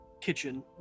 kitchen